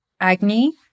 Agni